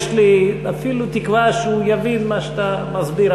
יש לי אפילו תקווה שהוא יבין מה שאתה מסביר.